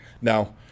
Now